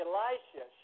Elisha